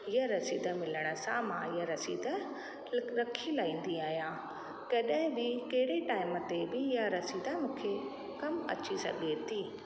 हीअ रसीद मिलण सां मां इहा रसीद रखी लाईंदी आहियां कॾहिं बि कहिड़े टाइम ते बि इहा रसीद मूंखे कमु अची सघे थी